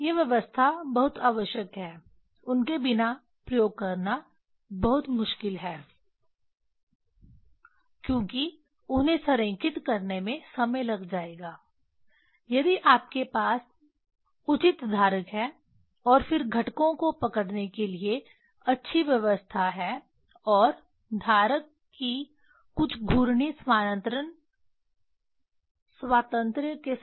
ये व्यवस्था बहुत आवश्यक है उनके बिना प्रयोग करना बहुत मुश्किल है क्योंकि उन्हें संरेखित करने में समय लग जाएगा यदि आपके पास उचित धारक है और फिर घटकों को पकड़ने के लिए अच्छी व्यवस्था है और धारक की कुछ घूर्णी स्थानांतरण स्वातंत्र्य के साथ